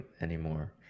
anymore